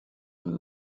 and